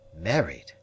Married